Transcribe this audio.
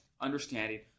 understanding